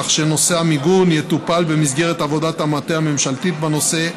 כך שנושא המיגון יטופל במסגרת עבודת המטה הממשלתית בנושא,